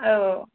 औ